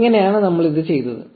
1211 ഇങ്ങനെയാണ് നമ്മൾ അത് ചെയ്തത്